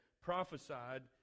prophesied